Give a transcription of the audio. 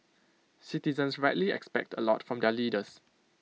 citizens rightly expect A lot from their leaders